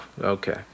okay